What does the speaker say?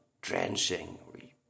drenching